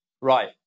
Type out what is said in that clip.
Right